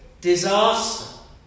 disaster